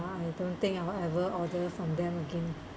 now I don't think I will ever order from them again